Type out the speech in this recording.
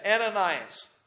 Ananias